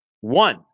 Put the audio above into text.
one